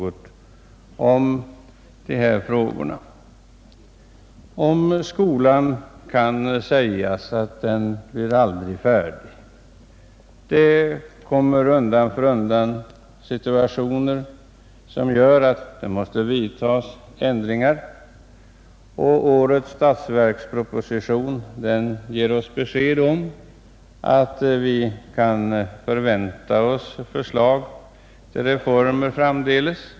Om skolan kan sägas att den aldrig blir färdig. Undan för undan uppstår situationer som gör det nödvändigt att vidta ändringar, och årets statsverksproposition ger oss besked om att vi kan vänta förslag till reformer framdeles.